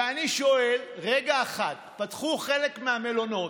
ואני שואל: רגע אחד, פתחו חלק מהמלונות,